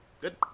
Good